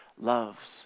loves